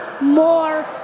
more